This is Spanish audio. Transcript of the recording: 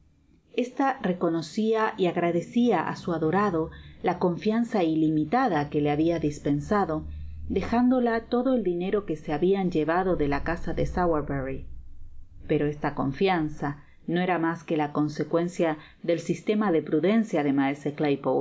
esta reconocia y agradecia á su adorado la confianza ilimitada que le habia dispensado dejándola todo el dinero que e habian llevado de la casa de sowerberry pero esta confianza no era mas que la consecuencia del sistema i